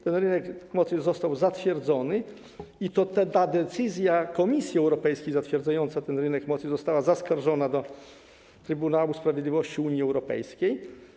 Ten rynek mocy został zatwierdzony i decyzja Komisji Europejskiej zatwierdzająca ten rynek mocy została zaskarżona do Trybunału Sprawiedliwości Unii Europejskiej.